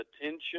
attention